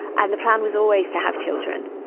and the plan was always to have children.